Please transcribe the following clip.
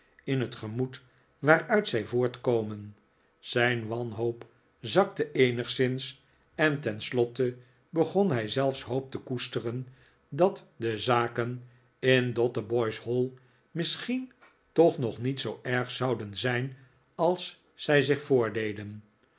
in het gemoed waaruit zij voortkomeni zijn wanhoop zakte eenigszins en tenslotte begon hij zelfs hoop te koesteren dat de zaken in dotheboys hall misschien toch nog niet zoo erg zouden zijn als zij zich voordeden